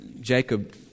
Jacob